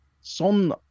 Son